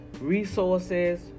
resources